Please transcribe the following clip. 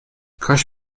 کاش